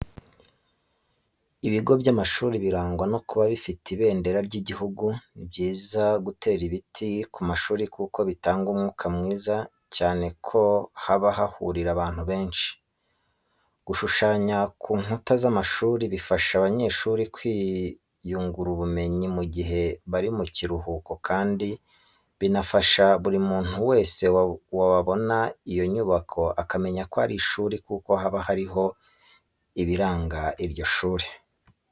Ibigo by'amashuri biragwa no kuba bifite ibendera ry'igihugu, ni byiza gutera ibiti ku mashuri kuko bitanga umwuka mwiza cyane ko haba hahurira abantu benshi. Gushushanya ku nkuta z'amashuri bifasha abanyeshuri kwiyungura ubumenyi mu gihe bari mu kiruhuko kandi binafasha buri muntu wese wabona iyo nyubako akamenya ko ari ishuri kuko haba hariho n'ibiranga iryo shuri.